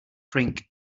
drink